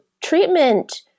treatment